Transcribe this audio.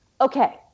Okay